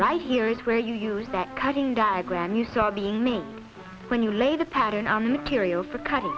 right here is where you use that cutting diagram you saw the me when you lay the pattern on the material for cutting